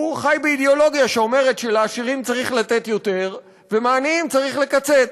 הוא חי באידיאולוגיה שאומרת שלעשירים צריך לתת יותר ומהעניים צריך לקצץ.